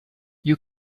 you